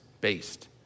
based